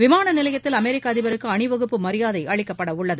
விமான நிலையத்தில் அமெரிக்க அதிபருக்கு அணிவகுப்பு மரியாதை அளிக்கப்பட உள்ளது